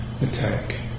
attack